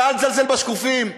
ואל תזלזל בשקופים,